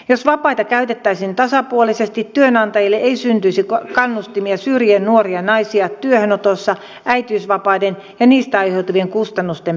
jos vapaita käytettäisiin tasapuolisesti työnantajille ei syntyisi kannustimia syrjiä nuoria naisia työhönotossa äitiysvapaiden ja niistä aiheutuvien kustannusten pelossa